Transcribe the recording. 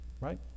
right